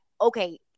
okay